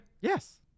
Yes